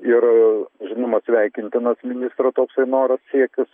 ir žinoma sveikintinas ministro toksai noras siekis